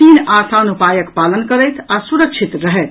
तीन आसान उपायक पालन करथि आ सुरक्षित रहथि